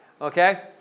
okay